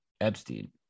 Epstein